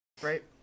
right